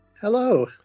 Hello